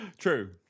True